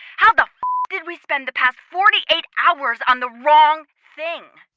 how the did we spend the past forty eight hours on the wrong thing?